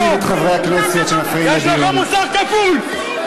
יש לך מוסר כפול.